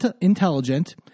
intelligent